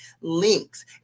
links